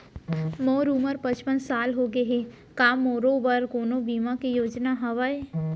मोर उमर पचपन साल होगे हे, का मोरो बर कोनो बीमा के योजना हावे?